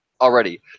already